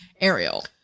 Ariel